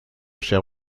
cher